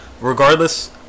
regardless